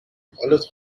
حالت